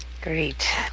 great